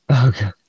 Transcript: Okay